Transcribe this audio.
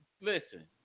Listen